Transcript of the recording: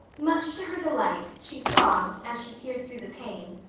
much to her delight, she saw, as she peered through the pane,